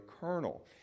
kernel